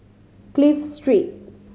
Clive Street